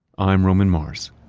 i'm roman mars